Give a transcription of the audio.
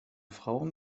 frauen